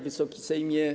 Wysoki Sejmie!